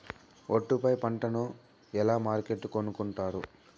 ఒట్టు పై పంటను ఎలా మార్కెట్ కొనుక్కొంటారు?